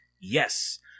Yes